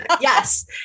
Yes